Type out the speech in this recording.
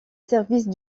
service